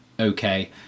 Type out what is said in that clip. okay